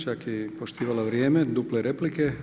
Čak je poštivala vrijeme, duple replike.